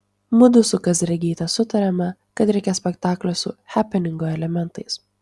mudu su kazragyte sutarėme kad reikia spektaklio su hepeningo elementais